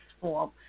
form